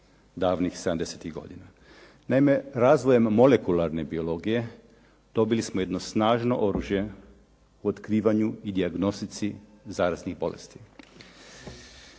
davnih sedamdesetih godina? Naime, razvojem molekularne biologije dobili smo jedno snažno oružje u otkrivanju i dijagnostici zaraznih bolesti.